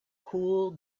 cool